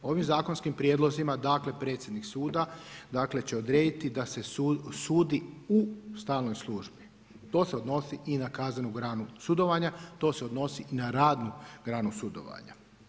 Ovim zakonskim prijedlozima dakle predsjednik suda dakle će odrediti da se sudi u stalnoj službi, to se odnosi i na kaznenu granu sudovanja, to se odnosi i na radnu granu sudovanja.